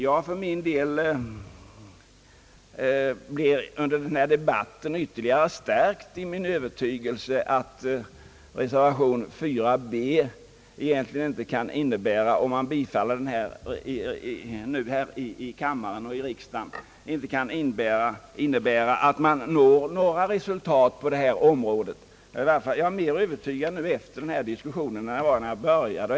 Jag blev under denna debatt ytterligare stärkt i min övertygelse att ett bifall till reservation b egentligen inte innebär att man når några resultat på detta område. Jag är mera övertygad nu efter diskussionen än jag var när den började.